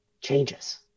changes